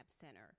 center